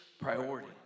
priority